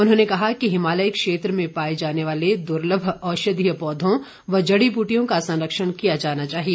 उन्होंने कहा कि हिमालय क्षेत्र में पाए जाने वाले दुर्लभ औषधीय पौधों व जड़ीबूटियों का संरक्षण किया जाना चाहिए